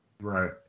Right